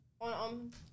on